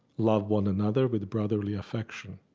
love one another with brotherly affection.